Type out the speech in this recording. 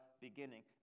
beginning